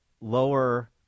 lower